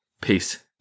Peace